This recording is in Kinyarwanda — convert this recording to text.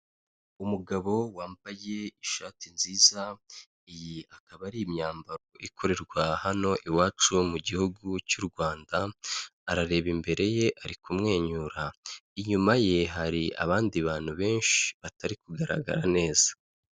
Umugabo wambaye ishati nziza iyi akaba ari imyambaro ikorerwa hano iwacu mu gihugu cy'u Rwanda arareba imbere ye ari kumwenyura inyuma ye hari abandi bantu benshi batari kugaragara neza.